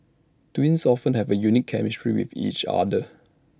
twins often have A unique chemistry with each other